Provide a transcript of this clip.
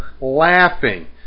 laughing